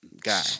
guy